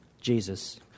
Jesus